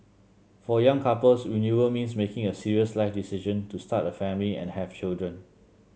for young couples renewal means making a serious life decision to start a family and have children